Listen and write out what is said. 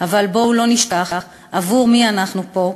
אבל בואו לא נשכח עבור מי אנחנו פה,